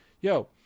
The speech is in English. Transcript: yo